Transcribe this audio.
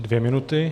Dvě minuty.